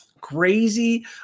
crazy